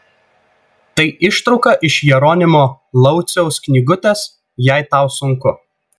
tai ištrauka iš jeronimo lauciaus knygutės jei tau sunku